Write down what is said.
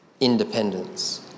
independence